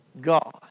God